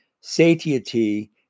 satiety